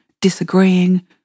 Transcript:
disagreeing